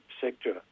sector